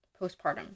postpartum